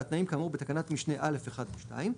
התנאים כאמור בתקנת משנה (א)(1) ו- (2),